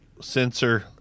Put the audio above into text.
sensor